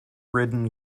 ridden